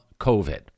COVID